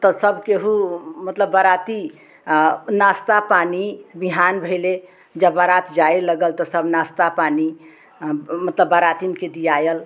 तौ सब केहु मतलब बाराती नाश्ता पानी बिहान भइले जब बारात जाए लगल तो सब नाश्ता पानी मतलब बरातिन के दियायल